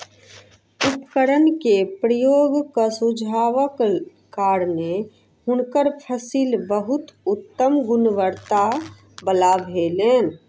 उपकरण के उपयोगक सुझावक कारणेँ हुनकर फसिल बहुत उत्तम गुणवत्ता वला भेलैन